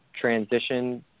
transition